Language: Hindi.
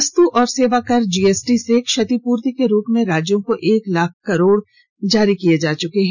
वस्तु और सेवा कर जीएसटी से क्षतिपूर्ति के रूप में राज्यों को एक लाख करोड़ रुपये जारी किए जा चुके है